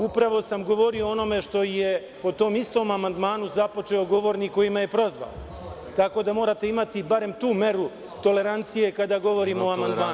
Upravo sam govorio o onome što je po tom istom amandmanu započeo govornik koji me je prozvao, tako da morate imati barem tu meru tolerancije kada govorimo o amandmanu.